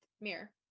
mirror